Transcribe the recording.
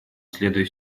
следуя